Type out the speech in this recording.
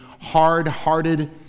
hard-hearted